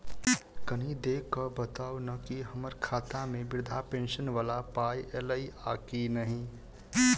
कनि देख कऽ बताऊ न की हम्मर खाता मे वृद्धा पेंशन वला पाई ऐलई आ की नहि?